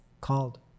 called